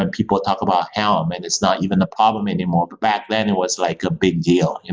and people talk about helm and it's not even a problem anymore. but back then it was like a big deal. and